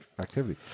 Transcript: activity